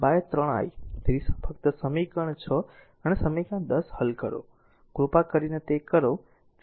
તેથી ફક્ત સમીકરણ 6 અને સમીકરણ 10 હલ કરો કૃપા કરીને તે કરો